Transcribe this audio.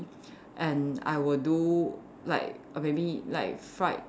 and I will do like maybe like fried